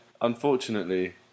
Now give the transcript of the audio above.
unfortunately